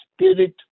spirit